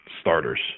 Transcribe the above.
starters